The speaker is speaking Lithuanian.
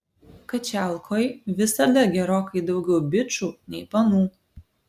kačialkoj visada gerokai daugiau bičų nei panų